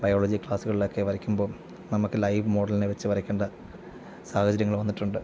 biology ക്ലാസ്സുകളിലൊക്കെ വരയ്ക്കുമ്പോൾ നമുക്ക് ലൈവ് മോഡലിനെ വച്ച് വരയ്ക്കേണ്ട സാഹചര്യങ്ങൾ വന്നിട്ടുണ്ട്